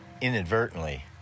inadvertently